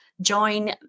join